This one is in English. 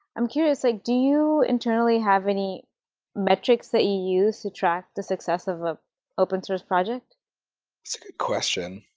i'm curious, like do you, internally, have any metrics that you use to track the success of an open-source project? it's a good question.